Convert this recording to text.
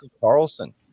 Carlson